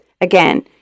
again